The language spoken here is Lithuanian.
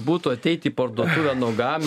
būtų ateiti į parduotuvę nuogam